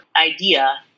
idea